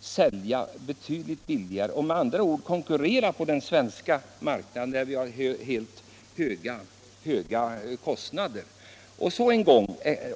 sälja betydligt billigare på den svenska marknaden än de företag kan göra som har sina anläggningar i Sverige.